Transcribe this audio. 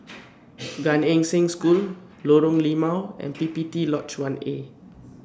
Gan Eng Seng School Lorong Limau and P P T Lodge one A